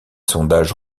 sondages